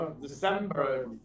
December